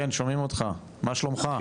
כן שומעים אותך, מה שלומך?